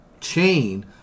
chain